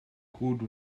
good